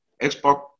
export